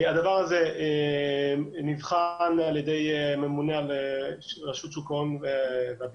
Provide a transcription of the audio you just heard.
הדבר הזה נדחה על ידי ממונה על רשות שוק ההון והביטוח,